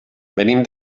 venim